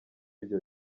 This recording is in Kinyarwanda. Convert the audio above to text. ibyo